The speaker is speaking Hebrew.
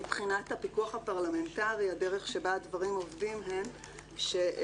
מבחינת הפיקוח הפרלמנטרי הדרך שבה הדברים עובדים הם שהתקנות